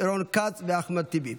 רון כץ ואחמד טיבי.